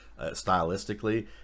stylistically